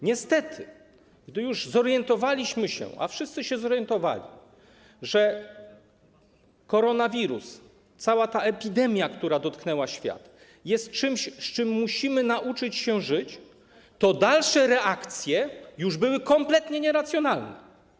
Niestety, gdy zorientowaliśmy się, a wszyscy się zorientowali, że koronawirus i cała ta epidemia, która dotknęła świat, jest czymś, z czym musimy nauczyć się żyć, to dalsze reakcje były już kompletnie nieracjonalne.